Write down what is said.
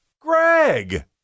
Greg